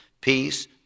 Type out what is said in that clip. peace